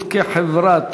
נתקבלה.